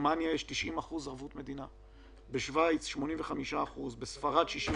לנוכח הבירוקרטיה העצומה שעדיין נדרשת